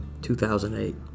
2008